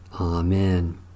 Amen